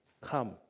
Come